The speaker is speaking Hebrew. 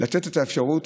לתת את האפשרות